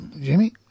Jimmy